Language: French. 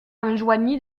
enjoignit